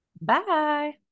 Bye